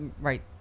right